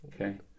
Okay